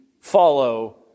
follow